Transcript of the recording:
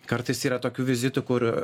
kartais yra tokių vizitų kur